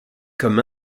comme